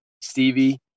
Stevie